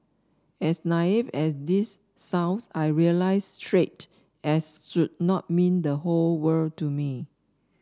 as naive as this sounds I realised straight as should not mean the whole world to me